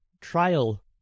trial